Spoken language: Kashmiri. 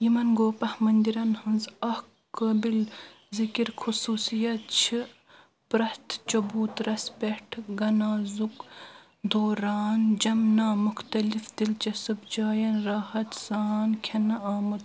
یِمَن گۄپا مندِرَن ہنٛز اکھ قٲبلِ ذِکر خصوٗصِیَت چھِ پرٛٮ۪تھ چبوترَس پٮ۪ٹھ گانازُک دوران جمنا مُختلف دِلچسٕپ جایَن راحت سان کھینہٕ آمُت